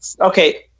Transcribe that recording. okay